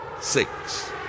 six